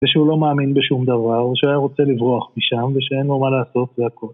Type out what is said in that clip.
‫ושהוא לא מאמין בשום דבר, ‫ושהוא היה רוצה לברוח משם, ‫ושאין לו מה לעשות והכול.